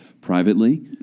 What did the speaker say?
privately